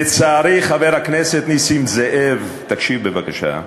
לצערי, חבר הכנסת נסים זאב, תקשיב בבקשה,